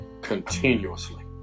continuously